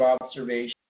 observation